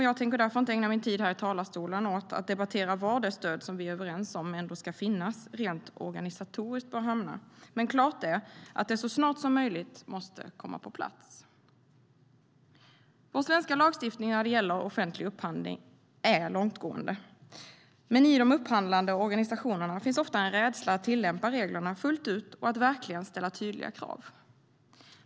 Jag tänker därför inte ägna min tid i talarstolen åt att debattera var det stöd, som vi är överens om ska finnas, rent organisatoriskt bör hamna. Men klart är att det så snart som möjligt måste komma på plats. Vår svenska lagstiftning när det gäller offentlig upphandling är långtgående. Men i de upphandlande organisationerna finns ofta en rädsla för att tillämpa reglerna fullt ut och att verkligen ställa tydliga krav.